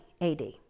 AD